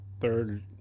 third